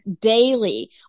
daily